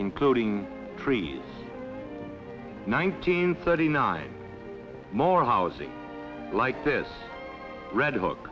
including three nineteen thirty nine more housing like this red hook